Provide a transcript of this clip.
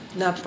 na